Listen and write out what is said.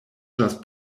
just